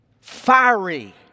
fiery